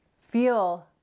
feel